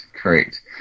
Correct